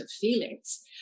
feelings